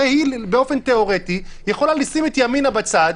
הרי באופן תיאורטי היא יכולה לשים את ימינה בצד,